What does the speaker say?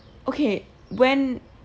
okay when